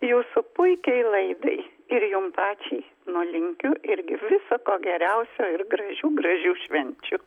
jūsų puikiai laidai ir jum pačiai nu linkiu irgi visa ko geriausio ir gražių gražių švenčių